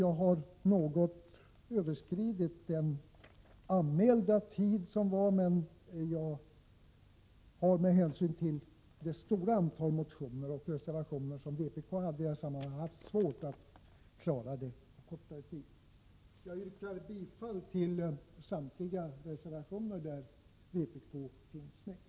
Jag har något överskridit den tid jag hade anmält mig för— jag har på grund av det stora antal motioner och reservationer som vpk i det här sammanhanget framfört haft svårt att klara det på kortare tid. Jag yrkar bifall till samtliga reservationer där vpk finns med.